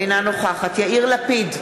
אינה נוכחת יאיר לפיד,